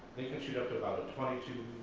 they can shoot up to about a twenty two,